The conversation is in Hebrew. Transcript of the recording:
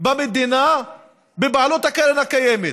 במדינה בבעלות קרן הקיימת.